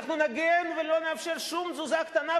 אנחנו נגן ולא נאפשר שום תזוזה קטנה.